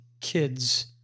kids